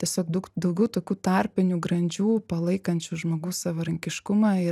tiesiog daug daugiau tokių tarpinių grandžių palaikančių žmogaus savarankiškumą ir